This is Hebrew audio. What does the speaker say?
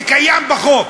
זה קיים בחוק,